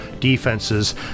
defenses